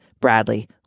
Bradley